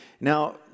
Now